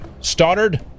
stoddard